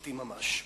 משפחתי ממש.